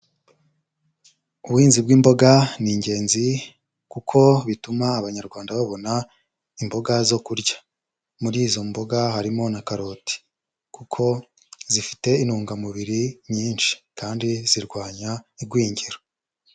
Ubuhinzi bw'imboga ni ingenzi kuko bituma Abanyarwanda babona imboga zo kurya, muri izo mboga harimo na karoti kuko zifite intungamubiri nyinshi kandi zirwanya igwingira.